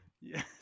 yes